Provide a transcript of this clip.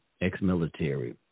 ex-military